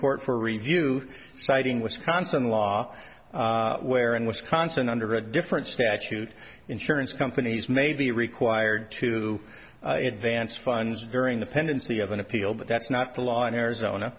court for review citing wisconsin law where and wisconsin under a different statute insurance companies may be required to advance funds during the pendency of an appeal but that's not the law in arizona